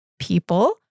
people